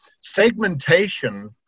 segmentation